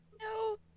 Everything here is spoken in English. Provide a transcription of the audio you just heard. No